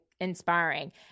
inspiring